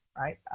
right